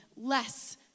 less